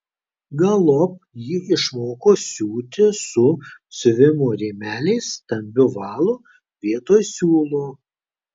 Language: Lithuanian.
galop ji išmoko siūti su siuvimo rėmeliais stambiu valu vietoj siūlo